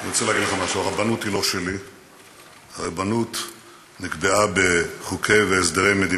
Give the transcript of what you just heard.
אני רוצה להגיד לך משהו: הרבנות היא לא שלי,